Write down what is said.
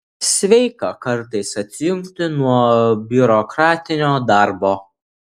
sveika kartais atsijungti nuo biurokratinio darbo